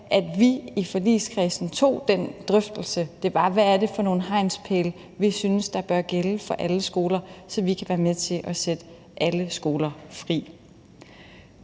at vi i forligskredsen tog den drøftelse om, hvad det var for nogle hegnspæle, vi syntes burde gælde for alle skoler, så vi kan være med til at sætte alle skoler fri.